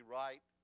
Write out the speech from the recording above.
right